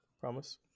Promise